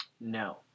No